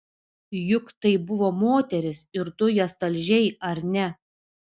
juk tai buvo moterys ir tu jas talžei ar ne